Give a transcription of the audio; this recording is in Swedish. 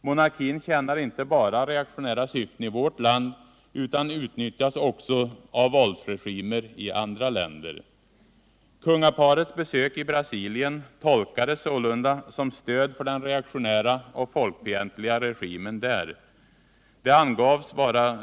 Monarkin tjänar inte bara reaktionära syften i vårt land utan utnyttjas också av våldsregimer i andra länder. Kungaparets besök i Brasilien tolkades sålunda som stöd för den reaktionära och folkfientliga regimen där.